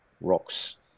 rocks